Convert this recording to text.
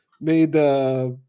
made